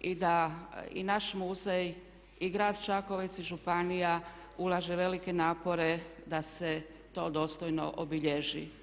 i da i naš muzej i grad Čakovec i županija ulaže velike napore da se to dostojno obilježi.